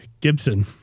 Gibson